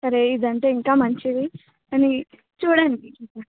సరే ఇదంతా ఇంకా మంచిది అని చూడండి